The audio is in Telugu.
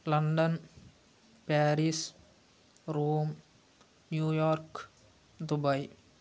London Paris Rome New York Dubai